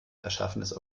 erschaffenes